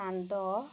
সান্দহ